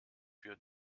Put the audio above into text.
für